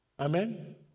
Amen